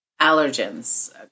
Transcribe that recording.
allergens